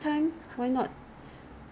Innisfree 你有听过这个 brand mah